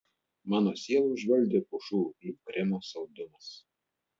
mano sielą užvaldė pušų ūglių kremo saldumas